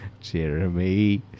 Jeremy